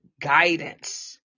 guidance